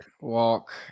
Walk